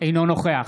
אינו נוכח